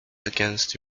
against